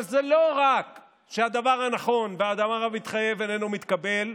אבל זה לא רק שהדבר הנכון והדבר המתחייב איננו מתקבל,